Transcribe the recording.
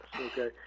okay